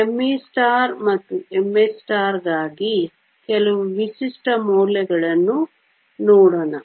me ಮತ್ತು mh ಗಾಗಿ ಕೆಲವು ವಿಶಿಷ್ಟ ಮೌಲ್ಯಗಳನ್ನು ನೋಡೋಣ